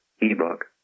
ebook